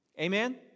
amen